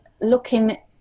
looking